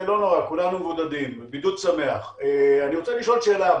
אני רוצה לשאול שאלה.